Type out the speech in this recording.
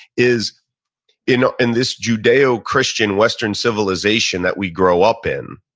is in in this judeo-christian western civilization that we grow up in,